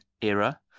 era